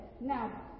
Now